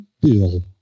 Bill